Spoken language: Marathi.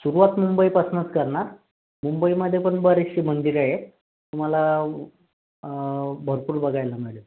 सुरवात मुंबईपासूनच करणार मुंबईमध्ये पण बरीचशी मंदिर आहेत तुम्हाला भरपूर बघायला मिळेल